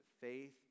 faith